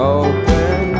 open